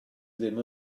ddim